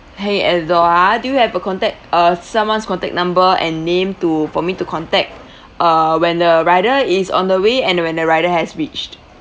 hang it at the door ah do you have a contact uh someone's contact number and name to for me to contact uh when the rider is on the way and when the rider has reached